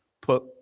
put